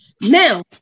Now